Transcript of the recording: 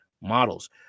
models